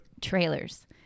trailers